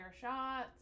shots